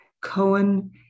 Cohen